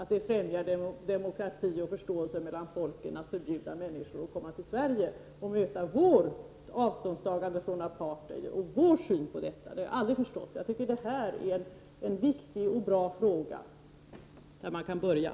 1989/90:85 demokrati och förståelse mellan folken att förbjuda människor att komma 14 mars 1990 till Sverige och möta vår syn på och vårt avståndstagande från apartheid. Jag tycker det är en viktig och bra fråga, där man kan börja.